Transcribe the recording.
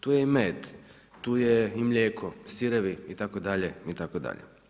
Tu je i med, tu je i mlijeko, sirevi itd., itd.